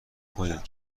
کنید